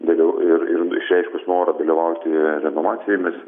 vėliau ir ir išreiškus norą dalyvauti renovacijomis